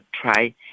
try